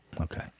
Okay